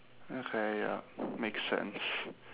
okay ya makes sense